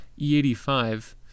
E85